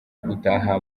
gutaha